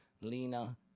Lena